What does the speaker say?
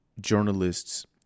journalists